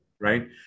right